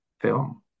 film